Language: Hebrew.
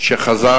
שחזר